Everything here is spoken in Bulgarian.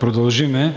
продължим.